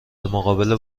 مقابل